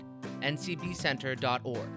ncbcenter.org